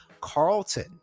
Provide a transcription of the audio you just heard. Carlton